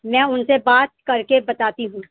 میں ان سے بات کر کے بتاتی ہوں